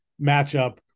matchup